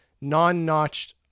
non-notched